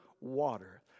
water